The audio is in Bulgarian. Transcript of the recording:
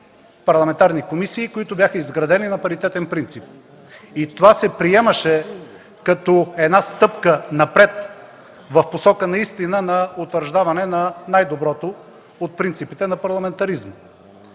парламентарни комисии, които бяха изградени на паритетен принцип и това се приемаше като стъпка напред в посока на утвърждаване на най-доброто от принципите на парламентаризма.